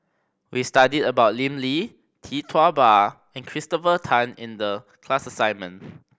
we studied about Lim Lee Tee Tua Ba and Christopher Tan in the class assignment